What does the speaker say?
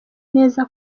neza